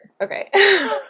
Okay